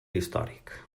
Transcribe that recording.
històric